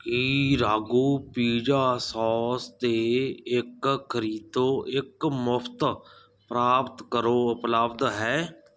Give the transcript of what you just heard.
ਕੀ Ragu pizza sauce 'ਤੇ ਇੱਕ ਖਰੀਦੋ ਇੱਕ ਮੁਫਤ ਪ੍ਰਾਪਤ ਕਰੋ ਉਪਲੱਬਧ ਹੈ